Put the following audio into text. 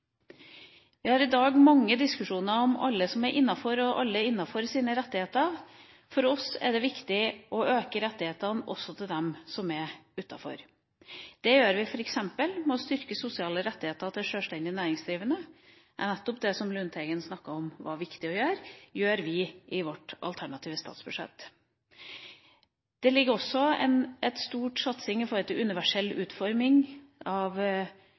Vi har i dag mange diskusjoner om alle som er innenfor, og deres rettigheter. For oss er det viktig å øke rettighetene også for dem som er utenfor. Det gjør vi f.eks. ved å styrke sosiale rettigheter for selvstendig næringsdrivende. Det var nettopp det representanten Lundteigen snakket om at var viktig å gjøre, og det gjør vi i vårt alternative statsbudsjett. Det ligger også inne en stor satsing når det gjelder universell utforming av